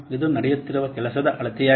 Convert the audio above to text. ಇದು ನಡೆಯುತ್ತಿರುವ ಕೆಲಸದ ಅಳತೆಯಾಗಿದೆ